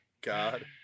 God